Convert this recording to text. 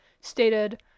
stated